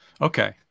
Okay